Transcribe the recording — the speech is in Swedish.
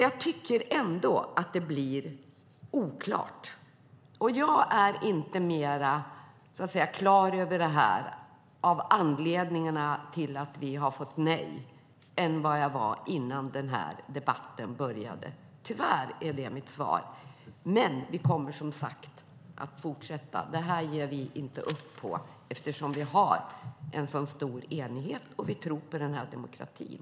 Jag tycker ändå att det blir oklart. Jag blir inte mer klok på anledningarna till att vi har fått nej än jag var innan den här debatten började. Tyvärr är det mitt svar. Men vi kommer att fortsätta. Här ger vi oss inte. Vi har stor enighet om detta, och vi tror på demokratin.